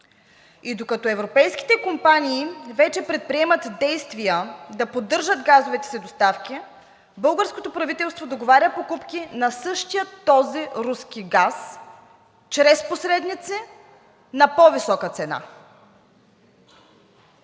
И докато европейските компании вече предприемат действия да поддържат газовите си доставки, българското правителство договаря покупки на същия този газ, но чрез посредници на по-висока цена.